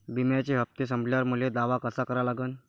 बिम्याचे हप्ते संपल्यावर मले दावा कसा करा लागन?